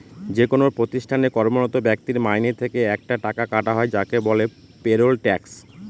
যেকোনো প্রতিষ্ঠানে কর্মরত ব্যক্তির মাইনে থেকে একটা টাকা কাটা হয় যাকে বলে পেরোল ট্যাক্স